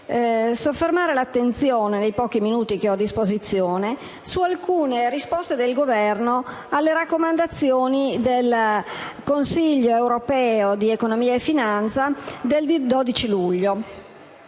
soffermare l'attenzione, nei pochi minuti che ho a disposizione, su alcune risposte del Governo alle raccomandazioni del Consiglio «Economia e finanza» dell'Unione